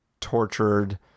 tortured